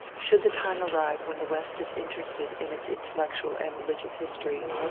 should the time arrive when the west is interested in its intellectual and religious history,